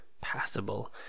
passable